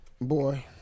Boy